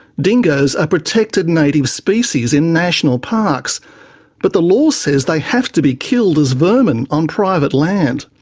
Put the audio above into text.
dingoes are protected native species in national parks but the law says they have to be killed as vermin on private land.